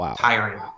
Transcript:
tiring